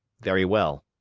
very well,